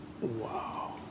Wow